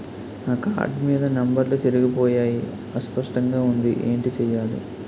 నా కార్డ్ మీద నంబర్లు చెరిగిపోయాయి అస్పష్టంగా వుంది ఏంటి చేయాలి?